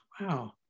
Wow